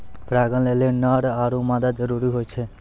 परागण लेलि नर आरु मादा जरूरी होय छै